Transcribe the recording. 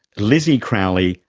lizzie crowley,